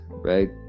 right